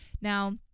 Now